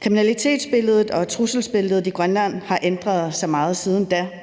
Kriminalitetsbilledet og trusselsbilledet i Grønland har ændret sig meget på de